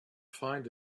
find